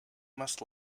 must